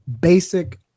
basic